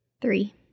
Three